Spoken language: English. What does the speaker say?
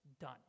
done